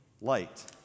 light